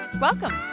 Welcome